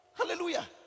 hallelujah